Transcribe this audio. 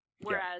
Whereas